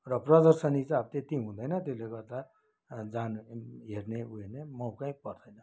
र प्रदर्शनी चाहिँ अब त्यति हुँदैन त्यसले गर्दा जाने हेर्ने उ हेर्ने मौकै पर्दैन